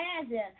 imagine